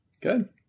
Good